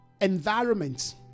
environment